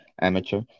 amateur